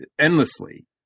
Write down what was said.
endlessly